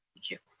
thank you.